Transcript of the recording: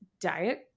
diet